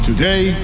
Today